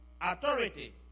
authority